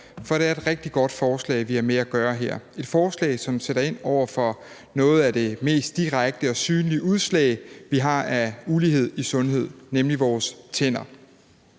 for det er et rigtig godt forslag, vi har med at gøre her. Det er et forslag, som sætter ind over for et af de mest direkte og synlige udslag, vi har af ulighed i sundhed, nemlig vores tænder.